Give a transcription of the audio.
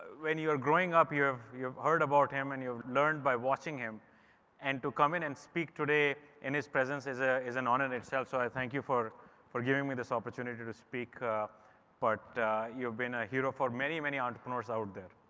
when you're growing up you have you heard about him and you've learned by watching him and to come in and speak today in his presence is ah is an honor itself. so i thank you for for giving me this opportunity to speak but you've been a hero for many, many entrepreneurs out there.